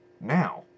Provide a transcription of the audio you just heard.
Now